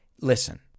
listen